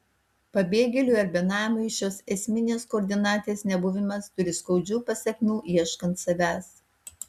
pabėgėliui ar benamiui šios esminės koordinatės nebuvimas turi skaudžių pasekmių ieškant savęs